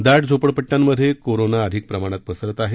दाट झोपडपट्टयांमध्ये कोरोना अधिक प्रमाणात पसरत आहे